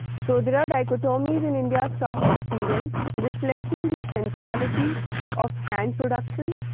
so, there are dichotomies in india's craft experience reflecting the centrality of hand production,